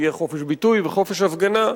ויהיה חופש ביטוי וחופש הפגנה,